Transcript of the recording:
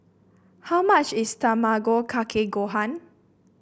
how much is Tamago Kake Gohan